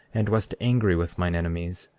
and wast angry with mine enemies,